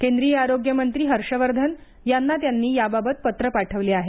केंद्रीय आरोग्य मंत्री हर्ष वर्धन यांना त्यांनी याबाबत पत्र पाठवले आहे